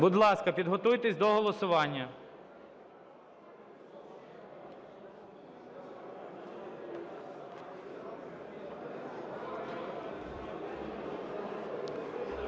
Будь ласка, підготуйтесь до голосування.